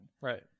Right